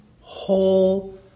whole